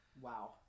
Wow